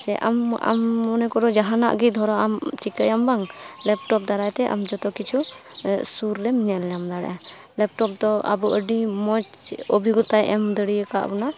ᱥᱮ ᱟᱢ ᱟᱢ ᱢᱚᱱᱮ ᱠᱚᱨᱚ ᱡᱟᱦᱟᱱᱟᱜ ᱜᱮ ᱫᱷᱚᱨᱚ ᱟᱢ ᱪᱤᱠᱟᱹᱭᱟᱢ ᱵᱟᱝ ᱞᱮᱯᱴᱚᱯ ᱫᱟᱨᱟᱭᱛᱮ ᱟᱢ ᱡᱚᱛᱚ ᱠᱤᱪᱷᱩ ᱥᱩᱨ ᱨᱮᱢ ᱧᱮᱞ ᱧᱟᱢ ᱫᱟᱲᱮᱭᱟᱜᱼᱟ ᱞᱮᱯᱴᱚᱯᱫᱚ ᱟᱵᱚ ᱟᱹᱰᱤ ᱢᱚᱡᱽ ᱚᱵᱷᱤᱜᱚᱛᱟᱭ ᱮᱢ ᱫᱟᱲᱮᱭ ᱟᱠᱟᱫ ᱵᱚᱱᱟ